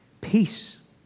Peace